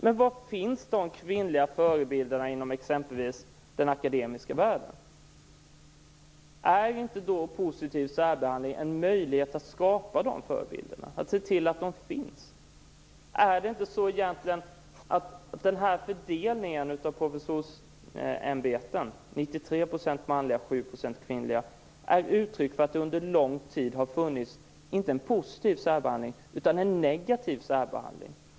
Men var finns de kvinnliga förebilderna inom exempelvis den akademiska världen? Är inte positiv särbehandling en möjlighet att skapa de förebilderna? Är det egentligen inte så, att fördelningen av professorsämbeten - 93 % manliga professorer, 7 % kvinnliga - är ett uttryck för att det under lång tid har funnits inte en positiv utan en negativ särbehandling?